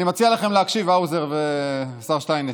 אני מציע לכם להקשיב, האוזר והשר שטייניץ.